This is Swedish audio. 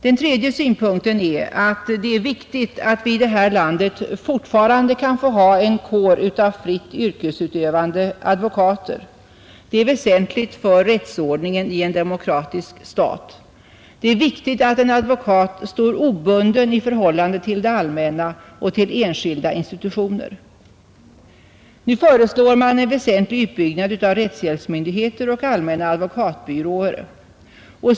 Den tredje synpunkten är att det är viktigt att vi i detta land fortfarande kan få ha en kår av fritt yrkesutövande advokater. Det är väsentligt för rättsordningen i en demokratisk stat; det är viktigt att en advokat står obunden i förhållande till det allmänna och till enskilda institutioner. Nu föreslås en väsentlig utbyggnad av rättshjälpsmyndigheten och allmänna advokatbyråer.